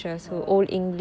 oh